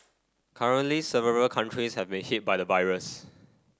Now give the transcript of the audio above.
currently several countries have been hit by the virus